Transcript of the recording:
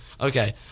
Okay